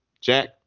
Jack